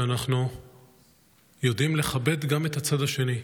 שאנחנו יודעים לכבד גם את הצד השני,